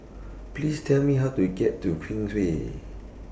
Please Tell Me How to get to Queensway